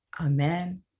amen